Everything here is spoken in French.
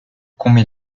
combien